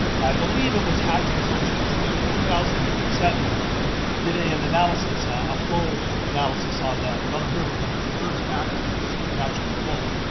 i believe it was hatch and associates that in two thousand and seven did an and analysis, a flow analysis on the welland river when it reverts back to its natural flow,